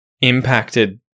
impacted